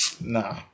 nah